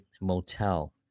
motel